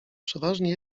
przeważnie